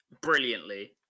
Brilliantly